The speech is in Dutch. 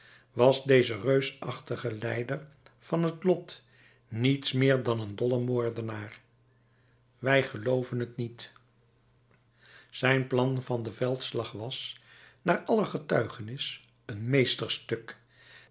was deze reusachtige leider van het lot niets meer dan een dolle moordenaar wij gelooven het niet zijn plan van den veldslag was naar aller getuigenis een meesterstuk